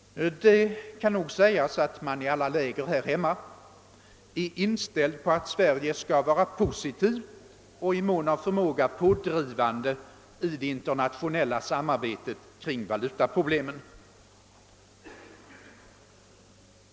Det kan nog sägas att man i alla läger här hemma är inställd på att Sverige skall vara positivt och i mån av förmåga pådrivande i det internationella samarbetet kring valutaproblemen.